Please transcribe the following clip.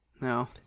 No